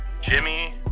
Jimmy